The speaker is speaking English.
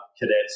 cadets